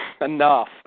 enough